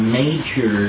major